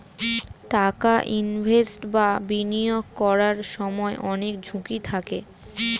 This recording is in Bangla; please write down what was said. টাকা ইনভেস্ট বা বিনিয়োগ করার সময় অনেক ঝুঁকি থাকে